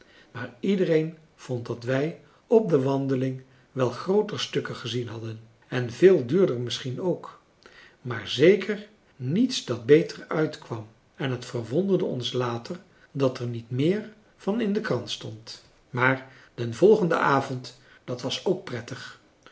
maar iedereen vond dat wij op de wandeling wel grooter stukken gezien hadden en veel duurder misschien ook maar zeker niets dat beter uitkwam en het verwonderde ons later dat er niet meer van in de krant stond maar den volgenden avond dat was k prettig